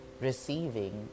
receiving